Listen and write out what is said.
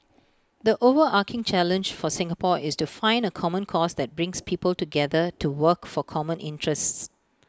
the overarching challenge for Singapore is to find A common cause that brings people together to work for common interests